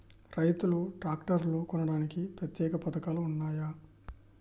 రైతులు ట్రాక్టర్లు కొనడానికి ప్రత్యేక పథకాలు ఉన్నయా?